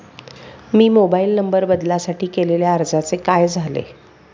मी mobile number बदलासाठी केलेल्या अर्जाचे काय झाले?